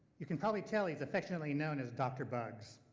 you can probably tell he's affectionately known as dr. bugs